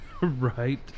Right